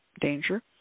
danger